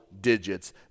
digits